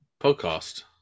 podcast